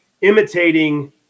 imitating